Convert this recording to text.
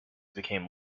became